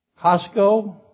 Costco